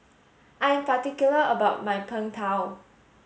I am particular about my Png Tao